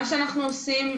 מה שאנחנו עושים,